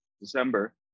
December